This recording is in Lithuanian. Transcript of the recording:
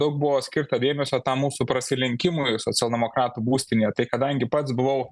daug buvo skirta dėmesio tam mūsų prasilenkimui socialdemokratų būstinėj tai kadangi pats buvau